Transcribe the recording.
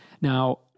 Now